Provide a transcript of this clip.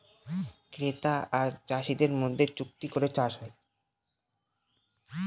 ক্রেতা আর চাষীদের মধ্যে চুক্তি করে চাষ হয়